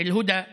אלהודא